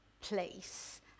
place